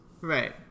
Right